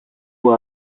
που